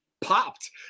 popped